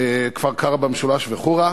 כפר-קרע במשולש וחורה.